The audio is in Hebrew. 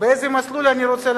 איזה מסלול אני רוצה,